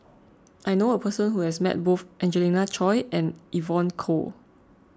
I knew a person who has met both Angelina Choy and Evon Kow